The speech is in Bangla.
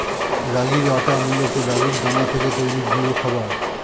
রাগির আটা মূলত রাগির দানা থেকে তৈরি গুঁড়ো খাবার